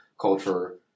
culture